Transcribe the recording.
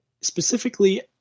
specifically